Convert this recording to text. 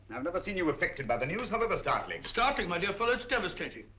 i've never seen you affected by the news however startling. startling, my dear fellow, it's devastating.